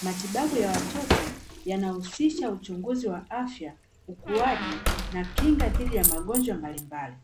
matibabu ya watoto yanahusisha uchunguzi wa afya, ukuaji na kinga dhidi ya magonjwa mbalimbali.